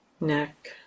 neck